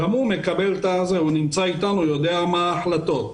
הוא נמצא איתנו ויודע מה ההחלטות.